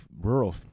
rural